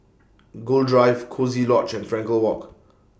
Gul Drive Coziee Lodge and Frankel Walk